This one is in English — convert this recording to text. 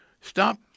Stop